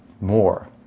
more